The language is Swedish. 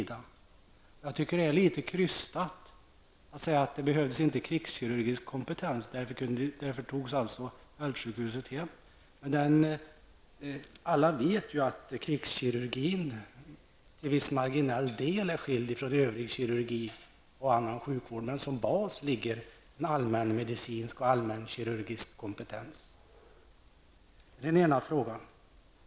Det är litet krystat att säga att det inte behövs krigskirurgisk kompetens och därför togs fältsjukhuset hem. Alla vet ju att krigskirurgi till viss marginell del är skild från övrig kirurgi och annan sjukvård, men som bas ligger en allmän medicinsk och allmän kirurgisk kompetens. Det är den ena frågan.